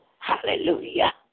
Hallelujah